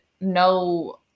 no